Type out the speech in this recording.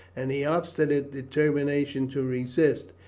and the obstinate determination to resist,